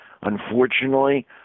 unfortunately